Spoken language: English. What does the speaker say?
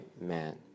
man